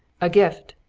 a gift!